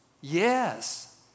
Yes